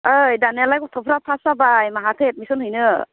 ओइ दानियालाय गथ'फ्रा पास जाबाय बहाथो एडमिसन हैनो